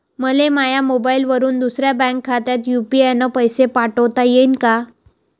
मले माह्या मोबाईलवरून दुसऱ्या बँक खात्यात यू.पी.आय न पैसे पाठोता येईन काय?